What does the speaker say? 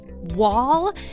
wall